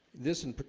this in